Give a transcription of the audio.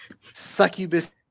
succubus